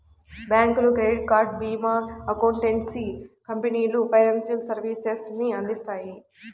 బ్యాంకులు, credit card, భీమా, accountancy కంపెనీలు ఫైనాన్షియల్ సర్వీసెస్ ని అందిత్తాయి